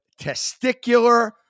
testicular